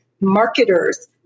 Marketers